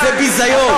זה ביזיון.